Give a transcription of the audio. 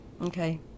Okay